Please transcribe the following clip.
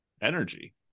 energy